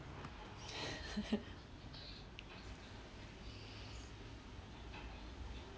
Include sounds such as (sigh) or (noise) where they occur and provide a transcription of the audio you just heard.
(laughs)